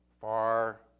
far